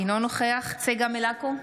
אינו נוכח צגה מלקו,